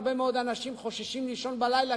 הרבה מאוד אנשים חוששים לישון בלילה,